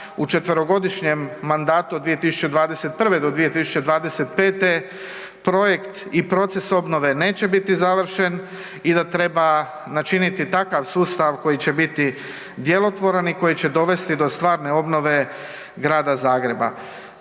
u četverogodišnjem mandatu od 2021. do 2025. projekt i proces obnove neće biti završen i da treba načiniti takav sustav koji će biti djelotvoran i koji će dovesti do stvarne obnove Grada Zagreba.